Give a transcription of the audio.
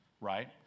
Right